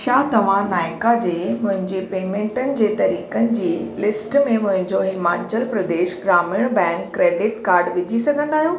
छा तव्हां नाइका जे मुंहिंजी पेमेंटुनि जे तरीक़नि जी लिस्ट में मुंहिंजो Himachal Pradesh Gramin bank credit card विझी सघंदा आहियो